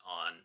on